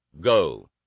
Go